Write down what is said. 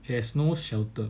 she has no shelter